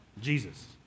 Jesus